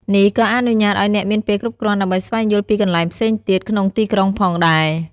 នេះក៏អនុញ្ញាតឱ្យអ្នកមានពេលគ្រប់គ្រាន់ដើម្បីស្វែងយល់ពីកន្លែងផ្សេងទៀតក្នុងទីក្រុងផងដែរ